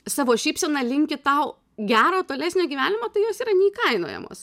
savo šypsena linki tau gero tolesnio gyvenimo tai jos yra neįkainojamos